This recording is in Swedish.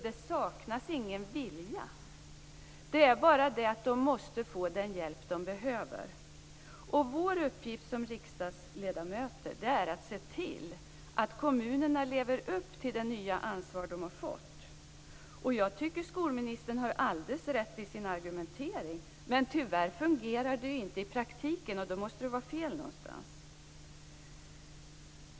Det saknas alltså inte vilja, men de måste få den hjälp de behöver. Vår uppgift som riksdagsledamöter är att se till att kommunerna lever upp till det nya ansvar de har fått. Skolministern har alldeles rätt i sin argumentering, men tyvärr fungerar det inte i praktiken, och då måste det vara fel någonstans.